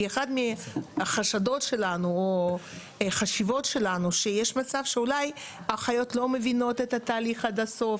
כי אחד מהחשדות שלנו שיש מצב שאולי האחיות לא מבינות את התהליך עד הסוף.